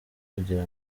kugira